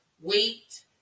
weight